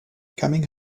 coming